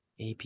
AP